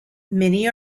many